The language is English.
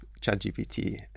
ChatGPT